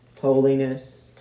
holiness